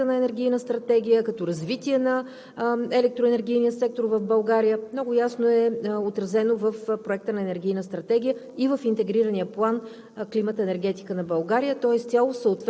Така че всичко онова, което сме заложили като нови мощности в Проекта на енергийна стратегия, като развитие на електроенергийния сектор в България, много ясно е отразено в Проекта на енергийна стратегия